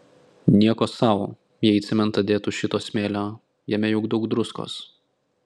nieko sau jei į cementą dėtų šito smėlio jame juk daug druskos